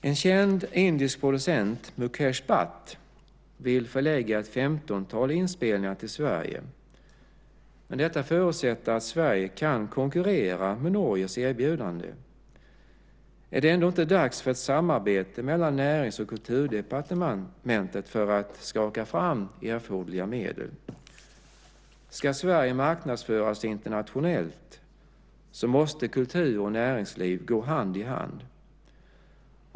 En känd indisk producent, Mukesh Batt, vill förlägga ett 15-tal inspelningar till Sverige, men det förutsätter att Sverige kan konkurrera med Norges erbjudande. Är det inte dags för ett samarbete mellan Närings och Kulturdepartementen för att skaka fram erforderliga medel? Ska Sverige marknadsföras internationellt måste kultur och näringsliv gå hand i hand.